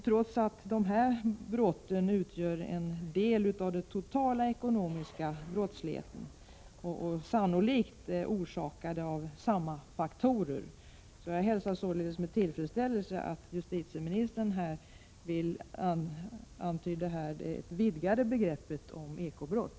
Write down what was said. Trots allt utgör de här brotten en del av den totala ekonomiska brottsligheten. Sannolikt har de också sin grund i samma faktorer. Jag hälsar således med tillfredsställelse att justitieministern här antydde en vidgning av begreppet eko-brott.